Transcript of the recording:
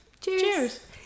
Cheers